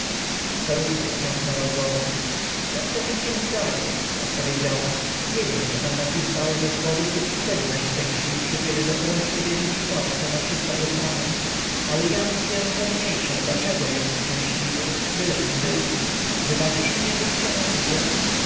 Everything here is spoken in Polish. staruszka potrząsnęła głową tak czasem się zdaje odpowiedziała nie wiem kto tam napisał że człowiek jest wtedy najszczęśliwszy kiedy dokoła siebie widzi to co nosi w sobie samym ale ja mówię że mniejsza dlaczego jest szczęśliwy byle nim był wybaczysz mi jeżeli cię obudzę